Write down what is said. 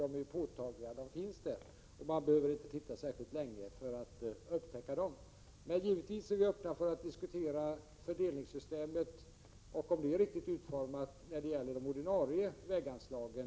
Dessa förbättringar är påtagliga. Man behöver alltså inte se sig om särskilt länge för att upptäcka dem. Men givetvis är vi som ett led i den här översynen öppna för diskussioner om fördelningssystemet är riktigt utformat när det gäller de ordinarie väganslagen.